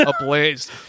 ablaze